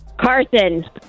Carson